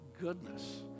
goodness